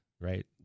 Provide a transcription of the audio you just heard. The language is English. Right